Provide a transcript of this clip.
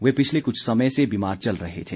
वे पिछले कुछ समय से बीमार चल रहे थे